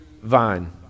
vine